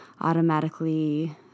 Automatically